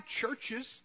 churches